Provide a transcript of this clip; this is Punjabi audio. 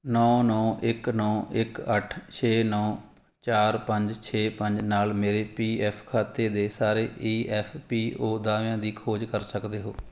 ਨੌ ਨੌ ਇੱਕ ਨੌ ਇੱਕ ਅੱਠ ਛੇ ਨੌ ਚਾਰ ਪੰਜ ਛੇ ਪੰਜ ਨਾਲ ਮੇਰੇ ਪੀ ਐੱਫ ਖਾਤੇ ਦੇ ਸਾਰੇ ਈ ਐੱਫ ਪੀ ਓ ਦਾਅਵਿਆਂ ਦੀ ਖੋਜ ਕਰ ਸਕਦੇ ਹੋ